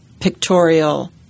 pictorial